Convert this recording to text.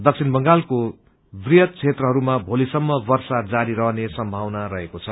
दक्षिण बंगालको वृहत क्षेत्रहरूमा भोलीसम्म वर्षा जारी रहने सम्भावना रहेको छ